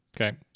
Okay